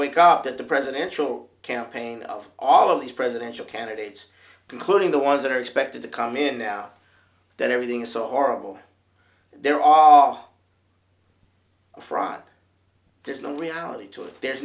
wake up at the presidential campaign of all of these presidential candidates including the ones that are expected to come in now that everything so horrible there are fried there's no reality to it there's